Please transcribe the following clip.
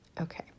Okay